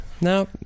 no